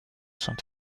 sont